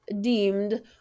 deemed